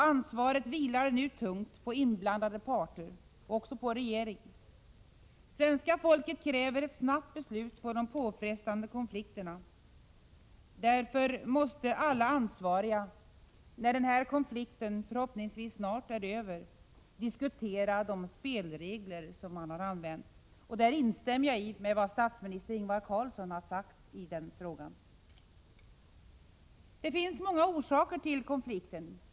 Ansvaret vilar nu tungt på inblandade parter men också på regeringen. Svenska folket kräver ett snabbt slut på de påfrestande konflikterna. Därefter, när den här konflikten förhoppningsvis snart är slut, måste alla ansvariga diskutera spelreglerna. På den punkten instämmer jag i vad statsminister Ingvar Carlsson har sagt. Det finns många orsaker till konflikten.